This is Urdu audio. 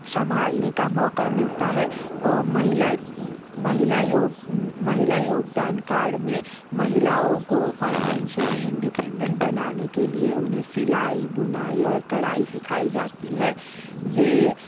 سنبھالنے کا موقع ملتا ہے مہیلا مہیلا یوگ مہیلا یوگدان کارڈ میں مہیلاؤں کو فائنینشیلی انڈیپنڈنٹ بنانے کے لئے انہیں سلائی بنائی اور کڑھائی سیکھائی جاتی ہے یہ